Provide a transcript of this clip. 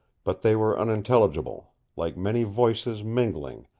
but they were unintelligible, like many voices mingling,